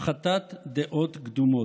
הפחתת דעות קדומות.